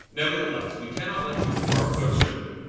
nevertheless we cannot let you depart so soon.